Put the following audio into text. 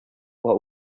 what